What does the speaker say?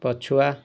ପଛୁଆ